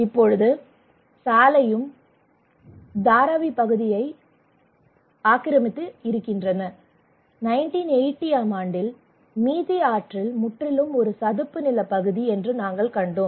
இப்பொழுது சாலையும் மற்றும் தாராவி பகுதியை ஆகவும் இருக்கும் இடம் 1980 ஆம் ஆண்டில் மிதி ஆற்றில் முற்றிலும் ஒரு சதுப்புநிலப் பகுதி என்று நாங்கள் கண்டோம்